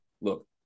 look